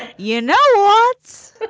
you know, what's